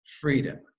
freedom